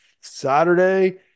Saturday